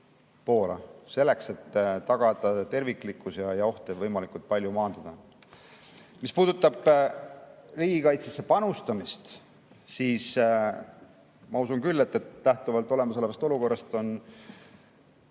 Poola, selleks et tagada terviklikkus ja ohte võimalikult palju maandada. Mis puudutab riigikaitsesse panustamist, siis ma usun küll, et lähtuvalt olemasolevast olukorrast on